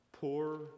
poor